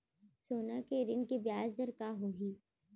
सोना के ऋण के ब्याज दर का होही?